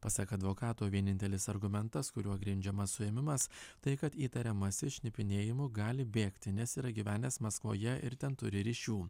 pasak advokato vienintelis argumentas kuriuo grindžiamas suėmimas tai kad įtariamasis šnipinėjimu gali bėgti nes yra gyvenęs maskvoje ir ten turi ryšių